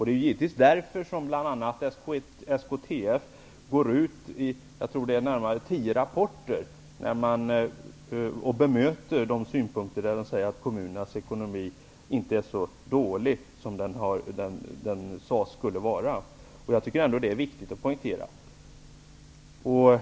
Det är givetvis därför som bl.a. SKTF i ett tiotal rapporter bemöter synpunkter om att kommunernas ekonomi inte är så dålig som den tidigare sades vara. Det är viktigt att poängtera.